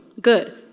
Good